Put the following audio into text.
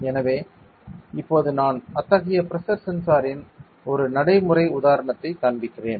எனவே இப்போது நான் அத்தகைய பிரஷர் சென்சாரின் ஒரு நடைமுறை உதாரணத்தை காண்பிக்கிறேன்